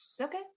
Okay